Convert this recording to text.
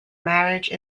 marriage